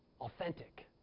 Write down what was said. Authentic